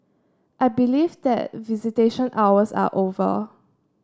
I believe that visitation hours are over